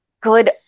good